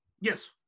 Yes